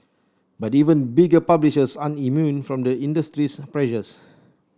but even bigger publishers aren't immune from the industry's pressures